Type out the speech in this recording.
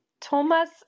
Thomas